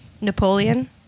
Napoleon